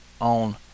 on